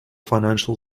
financial